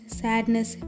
sadness